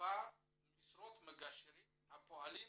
ארבע משרות מגשרים הפועלים